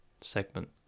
segment